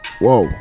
whoa